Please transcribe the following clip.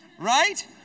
right